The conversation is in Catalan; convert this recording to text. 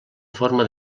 forma